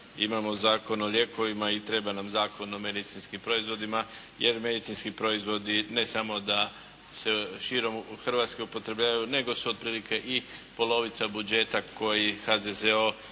Imamo Zakon o lijekovima i treba nam Zakon o medicinskim proizvodima jer medicinski proizvodi ne samo da se širom Hrvatske upotrebljavaju nego su otprilike i polovica budžeta koji HZZO